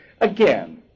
again